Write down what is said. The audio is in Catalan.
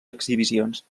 exhibicions